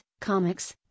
comics